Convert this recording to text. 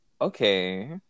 Okay